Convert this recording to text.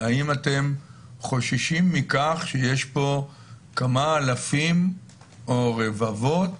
האם אתם חוששים מכך שיש פה כמה אלפים או רבבות